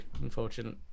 unfortunate